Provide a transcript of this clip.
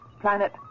planet